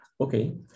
Okay